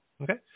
okay